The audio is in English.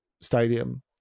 stadium